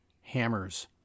hammers